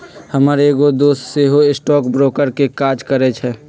हमर एगो दोस सेहो स्टॉक ब्रोकर के काज करइ छइ